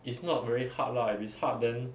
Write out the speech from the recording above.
it's not very hard lah if it's hard then